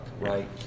right